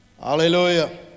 Hallelujah